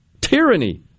Tyranny